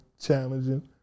challenging